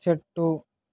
చెట్టు